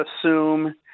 assume